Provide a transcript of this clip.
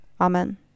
Amen